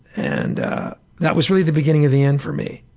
and that was really the beginning of the end for me.